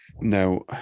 Now